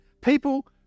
People